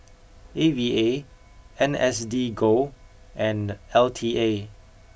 A V A N S D go and L T A